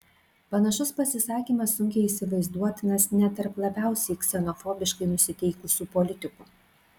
panašus pasisakymas sunkiai įsivaizduotinas net tarp labiausiai ksenofobiškai nusiteikusių politikų